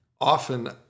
Often